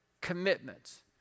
commitments